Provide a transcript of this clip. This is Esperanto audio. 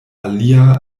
alia